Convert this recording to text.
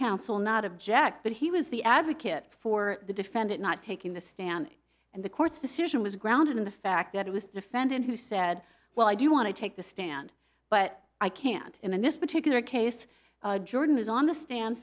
counsel not object but he was the advocate for the defendant not taking the stand and the court's decision was grounded in the fact that it was defendant who said well i do want to take the stand but i can't him in this particular case jordan is on the stand